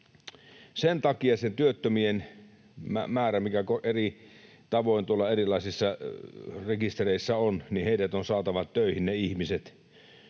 Sen takia se työttömien määrä, mikä eri tavoin tuolla erilaisissa rekistereissä on, ne ihmiset, on saatava töihin koulutuksen